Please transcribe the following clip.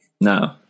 No